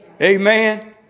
Amen